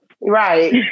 Right